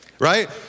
Right